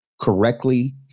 correctly